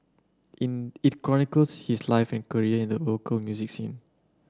in it chronicles his life and career in the local music scene